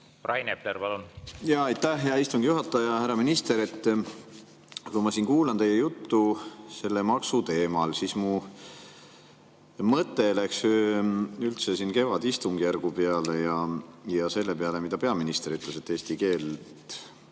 Rain Epler, palun! Aitäh, hea istungi juhataja! Härra minister! Kui ma kuulasin teie juttu selle maksu teemal, siis mu mõte läks üldse kevadistungjärgu peale ja selle peale, mida peaminister ütles, et eesti keelt